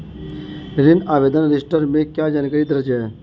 ऋण आवेदन रजिस्टर में क्या जानकारी दर्ज है?